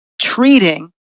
treating